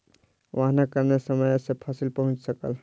वाहनक कारणेँ समय सॅ फसिल पहुँच सकल